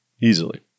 easily